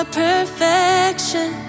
perfection